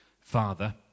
father